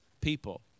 people